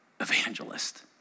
evangelist